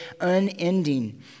Unending